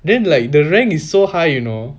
then like the rank is so high you know